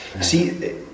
See